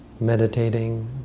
Meditating